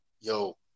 Yo